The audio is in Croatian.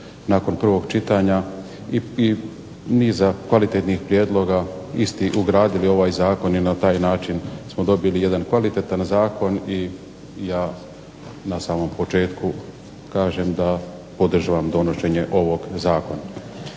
nakon prvog čitanja i niza kvalitetnih prijedloga isti ugradili u ovaj zakon i na taj način smo dobili jedan kvalitetan zakon i ja na samom početku kažem da podržavam donošenje ovog zakona.